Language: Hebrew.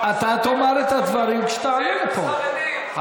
אין מצב שהם יכולים להצביע איתך,